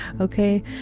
Okay